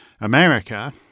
America